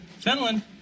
Finland